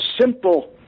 simple